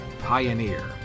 Pioneer